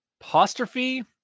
apostrophe